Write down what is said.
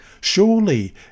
Surely